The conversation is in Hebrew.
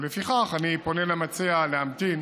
לפיכך אני פונה למציע להמתין